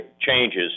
changes